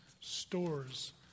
stores